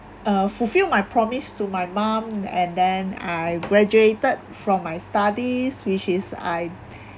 uh fulfil my promise to my mom and then I graduated from my studies which is I